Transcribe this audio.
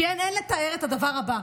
כי אין לתאר את הדבר הבא.